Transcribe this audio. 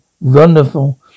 wonderful